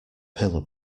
pillar